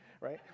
right